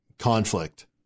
conflict